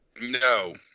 No